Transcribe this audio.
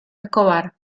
escobar